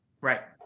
Right